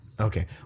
Okay